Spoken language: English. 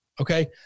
Okay